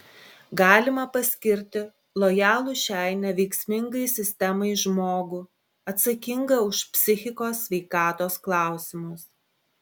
galima paskirti lojalų šiai neveiksmingai sistemai žmogų atsakingą už psichikos sveikatos klausimus